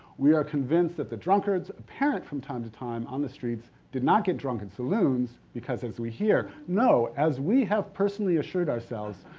we are convinced that the drunkards apparent from time to time on the streets did not get drunk in saloons, because as we hear, no, as we have personally assured ourselves,